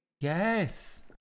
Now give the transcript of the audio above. Yes